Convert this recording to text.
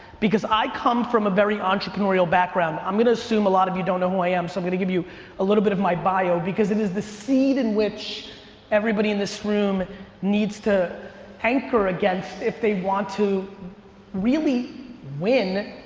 because i come from a very entrepreneurial background, i'm gonna assume a lot of you don't know who i am, so i'm gonna give you a little bit of my bio because it is the seed in which everybody in this room needs to anchor against if they want to really win,